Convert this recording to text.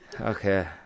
okay